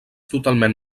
totalment